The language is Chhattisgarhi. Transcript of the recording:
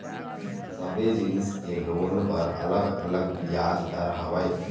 सबे जिनिस के लोन बर अलग अलग बियाज दर हवय